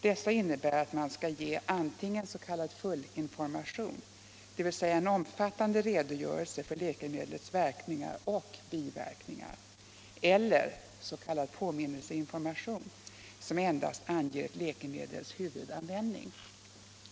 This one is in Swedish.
Dessa innebär att man skall ge antingen s.k. fullinformation, dvs. en omfattande redogörelse för läkemedlets verkningar och biverkningar, eller s.k. påminnelseinformation, som endast anger ett läkemedels huvudanvändning.